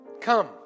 Come